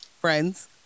friends